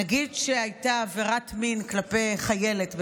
נגיד שהייתה עבירת מין כלפי חיילת בשירות,